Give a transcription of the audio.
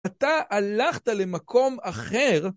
אתה הלכת למקום אחר.